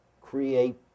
create